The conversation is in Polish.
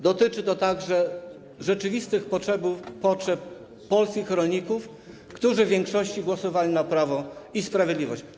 Dotyczy to także rzeczywistych potrzeb polskich rolników, którzy w większości głosowali na Prawo i Sprawiedliwość.